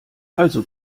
also